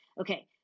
okay